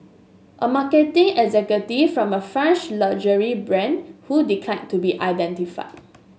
a marketing executive from a French luxury brand who declined to be identified